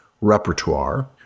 repertoire